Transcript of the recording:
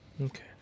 Okay